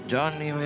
Johnny